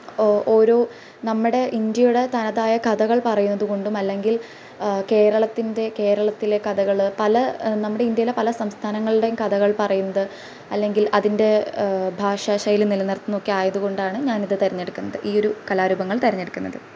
ഓ ഓരോ നമ്മുടെ ഇന്ഡ്യയുടെ തനതായ കഥകള് പറയുന്നത് കൊണ്ടും അല്ലെങ്കില് കേരളത്തിന്റെ കേരളത്തിലെ കഥകള് പല നമ്മുടെ ഇന്ഡ്യയിലെ പല സംസ്ഥാനങ്ങള്ടെയും കഥകള് പറയുന്നത് അല്ലെങ്കില് അതിന്റെ ഭാഷാശൈലി നിലനിര്ത്തുന്നതൊക്കെ ആയത്കൊണ്ടാണ് ഞാനിത് തിരഞ്ഞെടുക്കുന്നത് ഈയൊരു കലാരൂപങ്ങള് തിരഞ്ഞെടുക്കുന്നത്